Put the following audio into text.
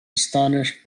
astonished